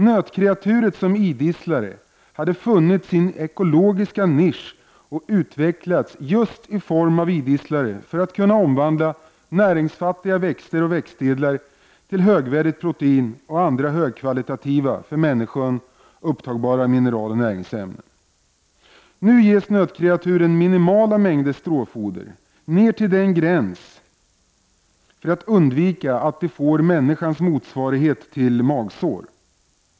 Nötkreaturet som idisslare hade funnit sin ekologiska nisch och utvecklats just i form av idisslare för att kunna omvandla näringsfattiga växter och växtdelar till högvärdigt protein och andra högkvali tativa, för människan upptagbara, mineraler och näringsämnen. Nu ges nötkreaturen minimala mängder stråfoder ner till en gräns för att undvika att de får människans motsvarighet till magsår.